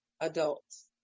adults